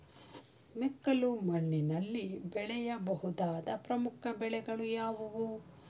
ಮೆಕ್ಕಲು ಮಣ್ಣಿನಲ್ಲಿ ಬೆಳೆಯ ಬಹುದಾದ ಪ್ರಮುಖ ಬೆಳೆಗಳು ಯಾವುವು?